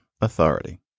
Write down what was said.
authority